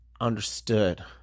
understood